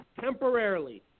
temporarily